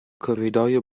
corridoio